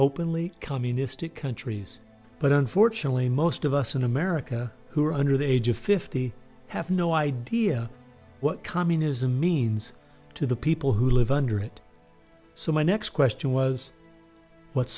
openly communistic countries but unfortunately most of us in america who are under the age of fifty have no idea what communism means to the people who live under it so my next question was what's